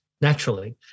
naturally